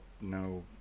no